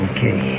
Okay